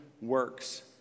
works